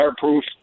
fireproof